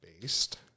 based